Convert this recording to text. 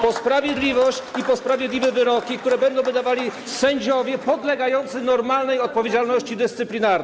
Po sprawiedliwość i po sprawiedliwe wyroki, które będą wydawali sędziowie podlegający normalnej odpowiedzialności dyscyplinarnej.